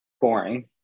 boring